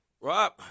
Rob